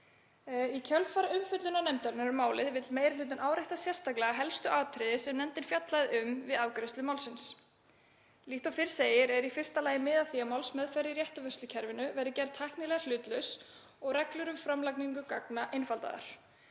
Í kjölfar umfjöllunar nefndarinnar um málið vill meiri hlutinn árétta sérstaklega helstu atriði sem nefndin fjallaði um við afgreiðslu málsins. Líkt og fyrr segir er í fyrsta lagi miðað að því að málsmeðferð í réttarvörslukerfinu verði gerð tæknilega hlutlaus og reglur um framlagningu gagna einfaldaðar.